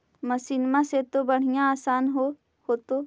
मसिनमा से तो बढ़िया आसन हो होतो?